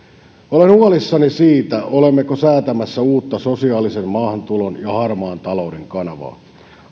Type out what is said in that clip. olen huolissani siitä olemmeko säätämässä uutta sosiaalisen maahantulon ja harmaan talouden kanavaa